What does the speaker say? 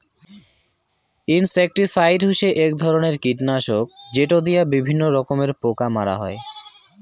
insecticide হসে এক ধরণের কীটনাশক যেটো দিয়া বিভিন্ন রকমের পোকা মারা হই